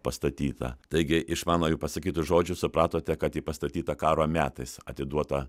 pastatyta taigi iš mano jau pasakytų žodžių supratote kad ji pastatyta karo metais atiduota